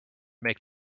make